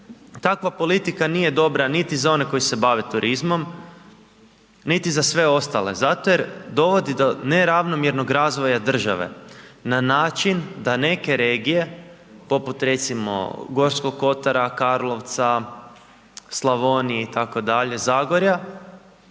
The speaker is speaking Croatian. Takva politika nije dobra niti za one koji se bave turizmom, niti za sve ostale zato jer dovodi do neravnomjernog razvoja države na način da neke regije poput recimo Gorskog Kotara, Karlovca, Slavonije, itd., Zagorja